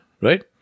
right